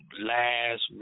last